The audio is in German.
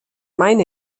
meine